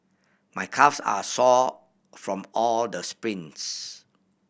my calves are sore from all the sprints